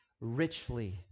richly